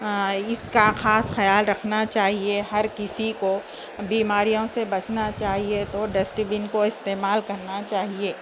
اس کا خاص خیال رکھنا چاہیے ہر کسی کو بیماریوں سے بچنا چاہیے تو ڈسٹبین کو استعمال کرنا چاہیے